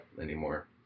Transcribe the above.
anymore